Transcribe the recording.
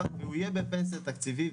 הוא יהיה בפנסיה תקציבית,